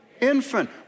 Infant